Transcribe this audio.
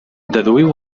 deduïu